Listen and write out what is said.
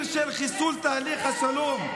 מסייע לאויב בעת מלחמה.